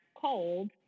cold